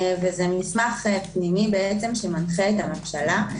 וזה מסמך פנימי שמנחה את הממשלה.